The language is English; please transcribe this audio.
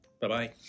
Bye-bye